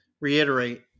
reiterate